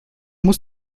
muss